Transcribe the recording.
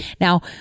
Now